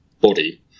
body